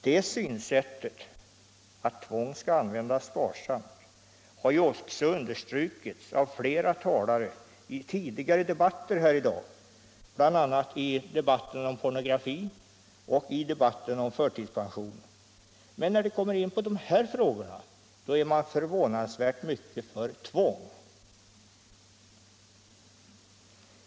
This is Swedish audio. Det synsättet — att tvång skall användas sparsamt — har också understrukits av flera talare i tidigare debatter här i dag, bl.a. i debatten om pornografin och i debatten om förtidspension. Men när det gäller dessa frågor angående trafiken är man förvånansvärt mycket för tvång.